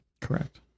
Correct